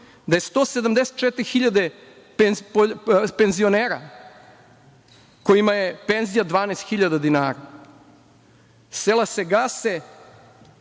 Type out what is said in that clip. da je 174.000 penzionera kojima je penzija 12.000 dinara. Sela se gase,